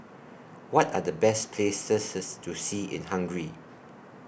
What Are The Best Places IS to See in Hungary